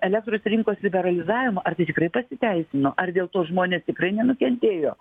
elektros rinkos liberalizavimo ar tai tikrai pasiteisino ar dėl to žmonės tikrai nenukentėjo